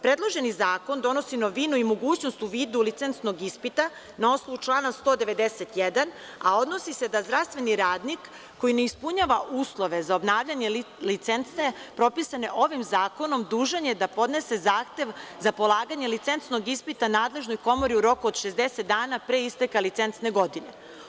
Predloženi zakon donosi novinu i mogućnost u visu licencnog ispita na osnovu člana 191, a odnosi se da zdravstveni radnik koji ne ispunjava uslove za obnavljanjem licence propisane ovim zakonom dužan je da podnese zahtev za polaganje licencnog ispita nadležnoj komori u roku od 60 dana pre isteka licencne godine.